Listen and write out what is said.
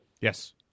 Yes